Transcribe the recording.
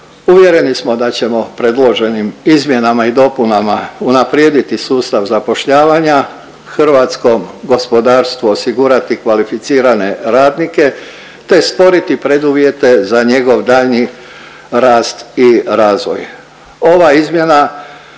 Uvjereni smo da ćemo predloženim izmjenama i dopunama unaprijediti sustav zapošljavanja, hrvatskom gospodarstvu osigurati kvalificirane radnike te sporiti preduvjete za njegov daljnji rast i razvoj.